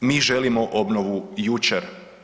Mi želimo obnovu jučer.